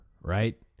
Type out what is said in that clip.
right